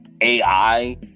AI